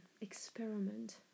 experiment